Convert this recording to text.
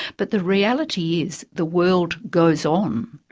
but the reality is the world goes on,